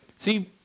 See